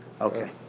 Okay